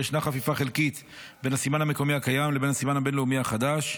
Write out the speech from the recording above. ישנה חפיפה חלקית בין הסימן המקומי הקיים לבין הסימן הבין-לאומי החדש,